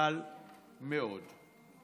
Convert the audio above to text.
חבל מאוד.